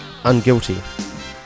unguilty